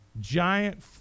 giant